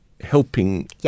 helping